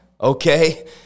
Okay